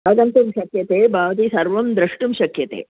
अगन्तुं शक्यते भवती सर्वं दृष्टुं शक्यते